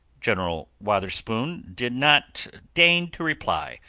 general wotherspoon did not deign to reply,